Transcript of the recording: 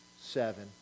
seven